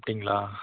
அப்படிங்களா